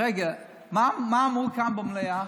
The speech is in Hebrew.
רגע, מה אמרו כאן במליאה?